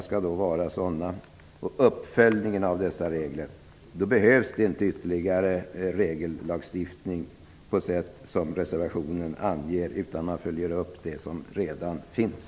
Men reglerna och uppföljningen av dem skall vara så att det inte behövs ytterligare regellagstiftning på det sätt som reservationen anger, utan man följer upp det som redan finns.